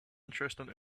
interesting